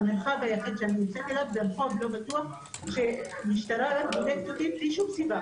המרחב היחיד שאני יוצאת אליו זה רחוב לא בטוח שהמשטרה בלי שום סיבה